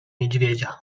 niedźwiedzia